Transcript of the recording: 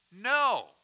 No